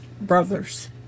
brothers